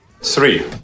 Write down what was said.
Three